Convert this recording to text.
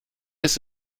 ist